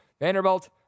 Vanderbilt